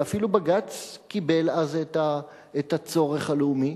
ואפילו בג"ץ קיבל אז את הצורך הלאומי,